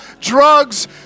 drugs